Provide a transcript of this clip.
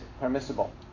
permissible